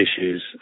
issues